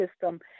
system